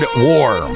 war